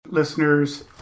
Listeners